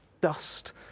dust